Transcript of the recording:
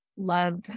Love